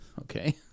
Okay